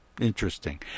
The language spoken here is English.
interesting